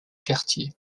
quartier